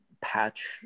patch